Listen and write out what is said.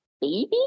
baby